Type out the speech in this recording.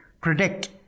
predict